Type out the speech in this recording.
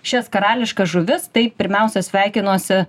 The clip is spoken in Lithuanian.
šias karališkas žuvis taip pirmiausia sveikinuosi